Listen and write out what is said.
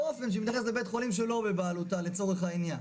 אופן שהיא תתייחס לבית חולים שהוא לא בבעלותה לצורך העניין.